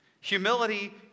Humility